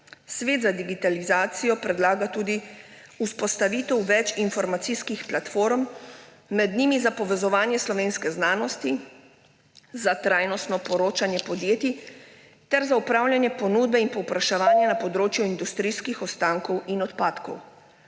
Svet za digitalizacijo predlaga tudi vzpostavitev več informacijskih platform, med njimi za povezovanje slovenske znanosti za trajnostno poročanje podjetij ter za upravljanje ponudbe in povpraševanja na področju industrijskih ostankov in odpadkov.